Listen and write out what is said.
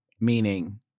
Meaning